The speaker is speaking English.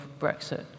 Brexit